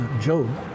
Job